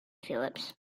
phillips